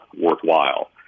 worthwhile